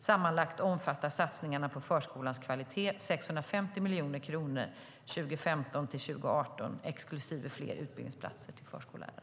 Sammanlagt omfattar satsningarna på förskolans kvalitet 650 miljoner kronor 2015-2018, exklusive fler utbildningsplatser till förskollärare.